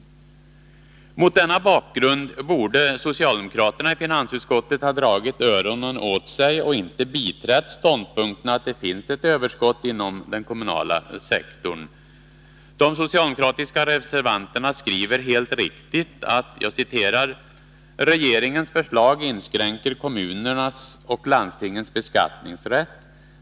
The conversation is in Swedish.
Mot denna bakgrund borde socialdemokraterna i finansutskottet ha dragit öronen åt sig och inte biträtt ståndpunkten att det finns ett överskott inom den kommunala sektorn. De socialdemokratiska reservanterna skriver helt riktigt: ”Regeringens förslag inskränker kommunernas och landstingens beskattningsrätt.